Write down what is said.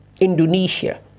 Indonesia